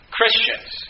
Christians